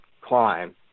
climb